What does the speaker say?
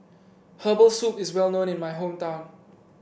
Herbal Soup is well known in my hometown